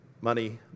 money